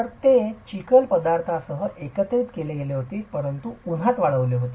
तर ते चिखल पदार्थांसह एकत्रित केले गेले परंतु उन्हात वाळविलेले होते